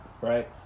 Right